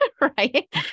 Right